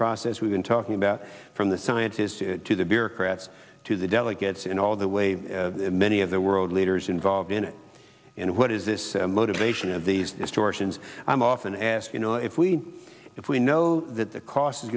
process we've been talking about from the scientists to the bureaucrats to the delegates in all the way many of the world leaders involved in it in what is this motivation of these distortions i'm often asked you know if we if we know that the cost is